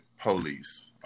police